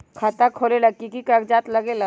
खाता खोलेला कि कि कागज़ात लगेला?